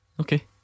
Okay